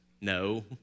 No